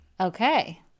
Okay